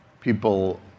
people